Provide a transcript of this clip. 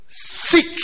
Seek